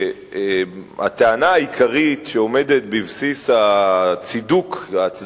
שהטענה העיקרית שעומדת בבסיס ההצדקה